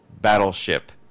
Battleship